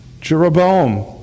Jeroboam